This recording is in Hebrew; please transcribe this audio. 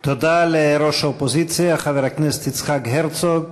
תודה לראש האופוזיציה חבר הכנסת יצחק הרצוג.